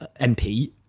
MP